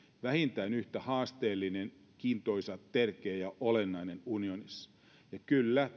vähintään yhtä haasteellinen kiintoisa tärkeä ja olennainen unionissa kyllä